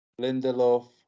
Lindelof